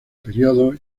períodos